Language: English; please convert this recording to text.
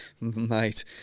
mate